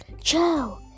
Joe